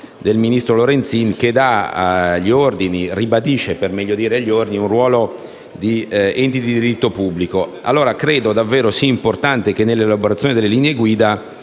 del ministro Lorenzin che ribadisce agli ordini un ruolo di enti di diritto pubblico. Credo davvero sia importante che, nell'elaborazione delle linee guida,